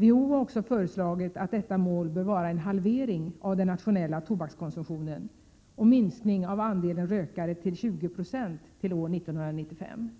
WHO har också föreslagit att detta mål skall vara en halvering av den nationella tobakskonsumtionen och minskning av andelen rökare till 20 9o till år 1995.